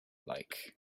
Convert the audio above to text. like